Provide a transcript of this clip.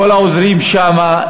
כל העוזרים שם,